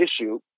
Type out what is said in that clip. issue